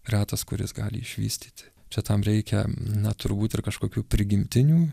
retas kuris gali išvystyti čia tam reikia na turbūt ir kažkokių prigimtinių